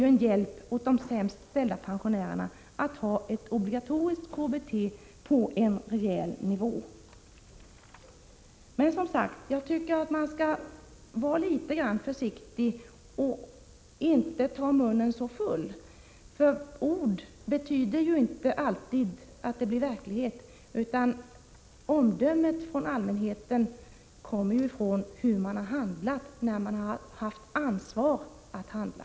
Ett obligatoriskt KBT på en rejäl nivå innebär ju en hjälp till de sämst ställda pensionärerna. Jag tycker som sagt att man skall vara litet försiktig i sina uttalanden och inte ta munnen så full. Ord betyder inte alltid att någonting blir verklighet. Allmänhetens omdöme baserar sig på hur man har handlat när man haft ansvaret att handla.